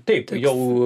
taip tai jau